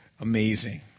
amazing